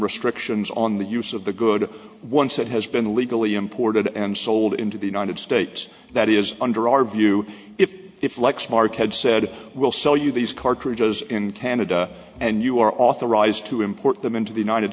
restrictions on the use of the good ones that has been illegally imported and sold into the united states that is under our view if if lexmark had said we'll sell you these cartridges in canada and you are authorized to import them into the united